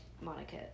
Monica